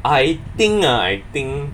I think uh I think